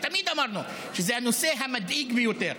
תמיד אמרנו שזה הנושא המדאיג ביותר.